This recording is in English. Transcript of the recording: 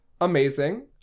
Amazing